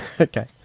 Okay